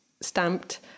stamped